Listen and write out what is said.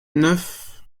neuf